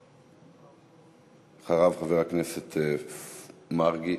אחריו, חבר הכנסת מרגי